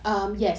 mm